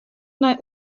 nei